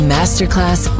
Masterclass